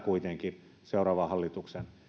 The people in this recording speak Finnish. kuitenkin seuraavan hallituksen